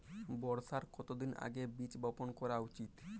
বর্ষার কতদিন আগে বীজ বপন করা উচিৎ?